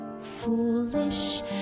foolish